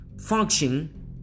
function